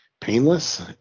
painless